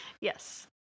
yes